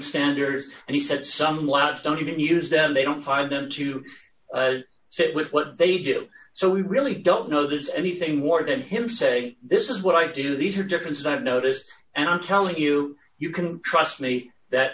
standards and he said somewhat don't even use them they don't find them to fit with what they do so we really don't know there's anything more than him say this is what i do these are differences i've noticed and i'm telling you you can trust me that